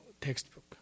textbook